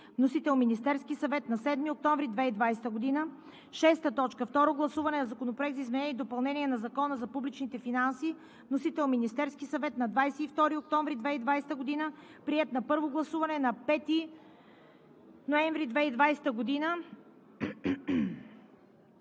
Вносител – Министерският съвет, 7 октомври 2020 г. 6. Второ гласуване на Законопроекта за изменение и допълнение на Закона за публичните финанси. Вносител – Министерският съвет, 22 октомври 2020 г. Приет на първо гласуване на 5 ноември 2020 г.